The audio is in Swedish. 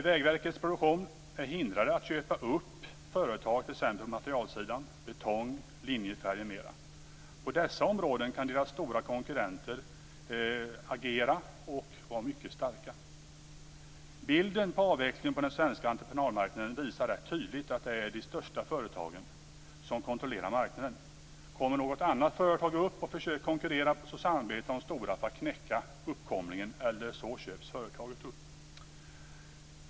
Vägverket Produktion är hindrat att köpa upp företag på t.ex. materialsidan. Det gäller betong, linjefärg m.m. På dessa områden kan deras stora konkurrenter agera och vara mycket starka. Bilden av avvecklingen på den svenska entreprenadmarknaden visar rätt tydligt att det är de största företagen som kontrollerar marknaden. Kommer något annat företag upp och försöker konkurrera så samarbetar de stora för att knäcka uppkomlingen, eller så köps företaget upp.